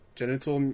genital